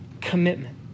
commitment